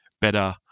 better